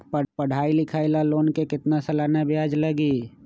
पढाई लिखाई ला लोन के कितना सालाना ब्याज लगी?